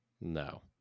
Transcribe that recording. No